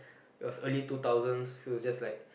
it was early two thousands feel it's just like